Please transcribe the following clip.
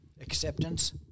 acceptance